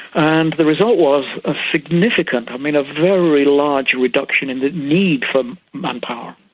and the result was a significant, i mean a very large reduction in the need for manpower.